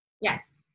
Yes